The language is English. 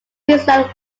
queensland